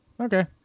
okay